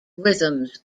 rhythms